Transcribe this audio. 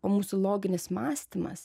o mūsų loginis mąstymas